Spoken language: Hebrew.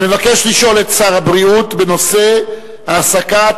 המבקש לשאול את שר הבריאות בנושא: העסקת